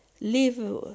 live